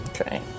Okay